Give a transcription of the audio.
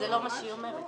לא, זה לא מה שהיא אומרת.